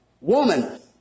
Woman